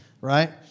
right